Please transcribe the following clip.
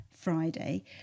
friday